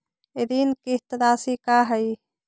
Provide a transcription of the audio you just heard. ऋण किस्त रासि का हई?